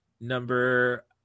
number